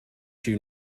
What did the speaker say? you